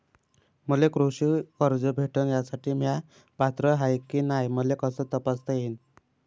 मले कृषी कर्ज भेटन यासाठी म्या पात्र हाय की नाय मले कस तपासता येईन?